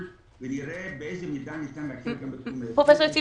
ונראה באיזו מידה ניתן לתת --- פרופ' יציב,